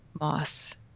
moss